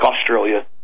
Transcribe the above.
Australia